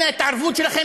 המעשה של ראש הממשלה,